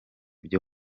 byo